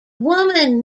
woman